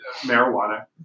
marijuana